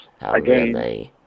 again